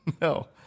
no